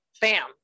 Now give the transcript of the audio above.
bam